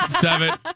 Seven